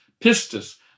pistis